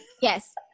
Yes